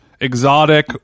exotic